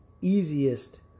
easiest